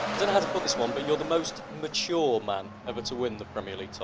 put this one, but you're the most mature man ever to win the premier league so